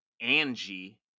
Angie